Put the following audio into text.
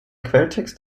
quelltext